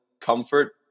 comfort